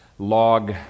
log